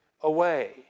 away